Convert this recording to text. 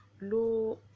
low